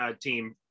team